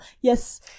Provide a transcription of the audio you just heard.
yes